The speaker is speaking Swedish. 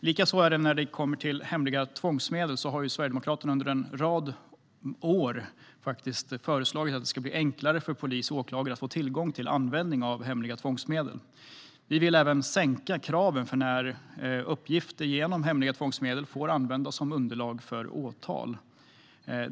Likaså, när det gäller hemliga tvångsmedel, har Sverigedemokraterna under en rad år föreslagit att det ska bli enklare för polis och åklagare att få tillgång till användning av hemliga tvångsmedel. Vi vill även sänka kraven för när uppgifter som erhållits genom hemliga tvångsmedel får användas som underlag vid åtal.